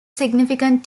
significant